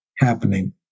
happening